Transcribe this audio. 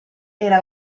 era